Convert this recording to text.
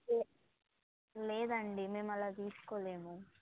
లేదండి మేము అలా తీసుకోలేము